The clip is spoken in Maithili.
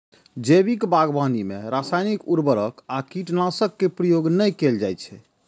जैविक बागवानी मे रासायनिक उर्वरक आ कीटनाशक के प्रयोग नै कैल जाइ छै